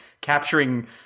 capturing